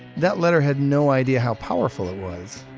that letter had no idea how powerful it was.